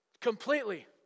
completely